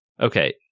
Okay